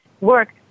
work